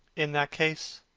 in that case,